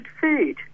food